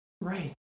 Right